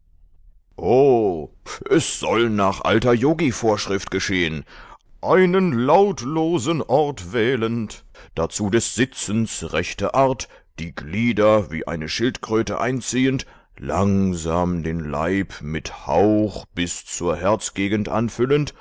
es soll alles nach alter yogivorschrift geschehen einen lautlosen ort wählend dazu des sitzens rechte art die glieder wie die schildkröte einziehend langsam den leib mit hauch bis zur herzgegend anfüllend